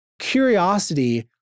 Curiosity